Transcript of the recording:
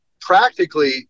practically